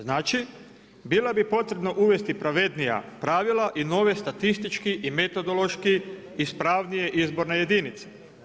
Znači, bilo bi potrebno uvesti pravednija pravila i nove statistički i metodološki ispravnije izborne jedinice.